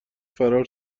فرار